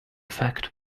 effect